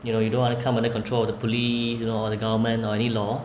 you know you don't want to come under control of the police you know or the government or any law